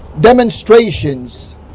demonstrations